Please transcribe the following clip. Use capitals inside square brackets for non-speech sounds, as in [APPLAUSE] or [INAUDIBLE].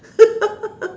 [LAUGHS]